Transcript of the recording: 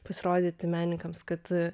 pasirodyti menininkams kad